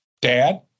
dad